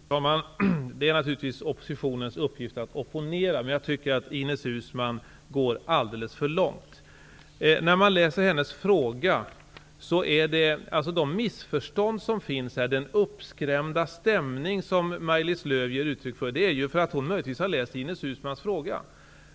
Fru talman! Det är naturligtvis oppositionens uppgift att opponera. Men jag tycker att Ines Uusmann går alldeles för långt. Den uppskrämda stämning och de missförstånd som Maj-Lis Lööw ger uttryck för beror möjligtvis på att hon har läst Ines Uusmanns fråga.